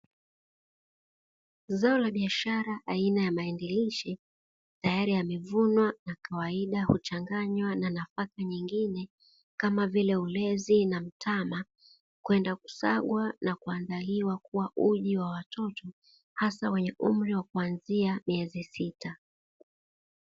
Zao la biashara aina ya mahindi lishe, tayari amevunwa, na kawaida huchanganywa na nafaka nyingine kama vile ulezi na mtama, kwenda kusagwa na kuandaliwa kuwa uji wa watoto, hasa wenye umri wa kuanzia miezi sita.